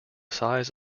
size